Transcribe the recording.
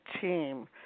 team